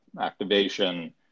activation